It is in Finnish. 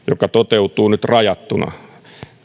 joka toteutuu nyt rajattuna